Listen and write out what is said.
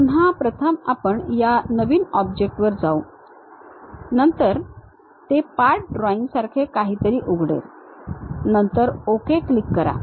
पुन्हा प्रथम आपण नवीन या ऑब्जेक्टवर जाऊ नंतर ते पार्ट ड्रॉइंगसारखे काहीतरी उघडेल नंतर ओके क्लिक करा